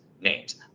names